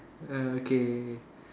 okay